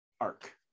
Arc